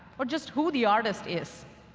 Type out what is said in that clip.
or just who the artist is.